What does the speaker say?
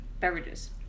beverages